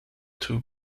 two